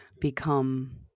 become